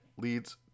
Leads